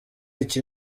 iki